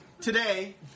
Today